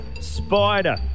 Spider